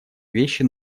вещи